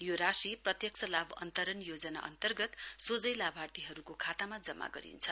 यो राशि प्रत्यक्ष लाभ अन्तरण योजना अन्तर्गत सोझै लाभार्थीहरूको खातामा जम्मा गरिन्छ